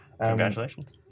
congratulations